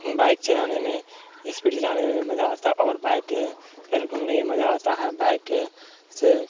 bike چلانے میں speed چلانے میں بھی مزہ آتا ہے اور بائک پھر گھومنے میں مزہ آتا ہے بائک سے